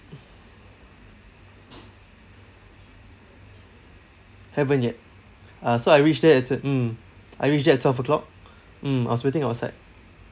haven't yet uh so I reached there at t~ mm I reached there at twelve o'clock mm I was waiting outside